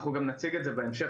ואני אציג את זה בהמשך,